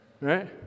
right